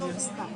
לגבי ההרכב,